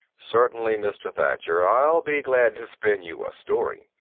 certainly, mr. thacher. i'll be glad to spin you a story.